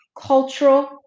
cultural